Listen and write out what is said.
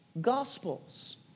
Gospels